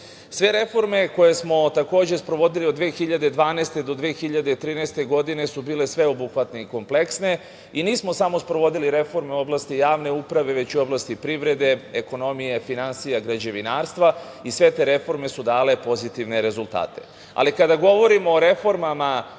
reforme koje smo takođe sprovodili od 2012. godine do 2013. godine su bile sveobuhvatne i kompleksne i nismo samo sprovodili reforme u oblasti javne uprave, već i u oblasti privrede, ekonomije, finansija i građevinarstva i sve te reforme su dale pozitivne rezultate. Kada govorimo o reformama